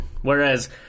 whereas